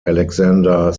alexander